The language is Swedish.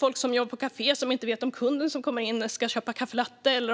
Folk som jobbar på kafé vet inte om kunden som kommer in ska köpa kaffe latte eller